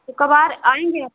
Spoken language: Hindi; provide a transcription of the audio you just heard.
तो कब आ र आएंगे आप